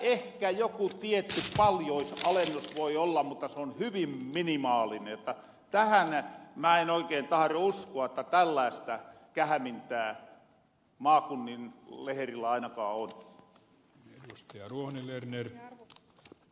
ehkä joku tietty paljousalennus voi olla mutta se on hyvin minimaalinen jotta tähän mä en oikein taharo uskoa että tällaista kähämintää maakunnan leherillä ainakaan on